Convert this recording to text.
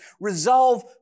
Resolve